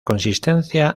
consistencia